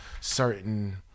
certain